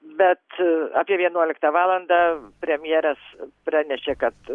bet apie vienuoliktą valandą premjeras pranešė kad